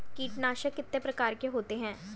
कीटनाशक कितने प्रकार के होते हैं?